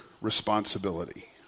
responsibility